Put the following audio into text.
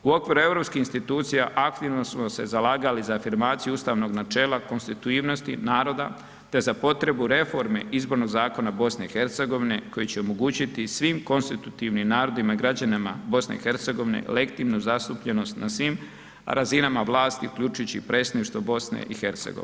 U okviru europskih institucija aktivno smo se zalagali za afirmaciju ustavnog načela konstitutivnosti naroda, te za potrebu reforme izbornog zakona BiH koji će omogućiti svim konstitutivnim narodima i građanima BiH lektimnu zastupljenost na svim razinama vlasti, uključujući i predsjedništvo BiH.